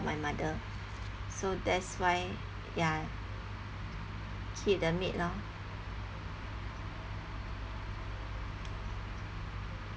my mother so that's why ya keep the maid lor